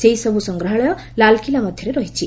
ସେହିସବୁ ସଂଗ୍ରହାଳୟ ଲାଲ୍କିଲ୍ଲା ମଧ୍ୟରେ ରହିଛି